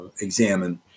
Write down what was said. examine